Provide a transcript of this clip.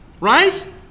Right